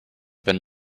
been